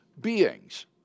beings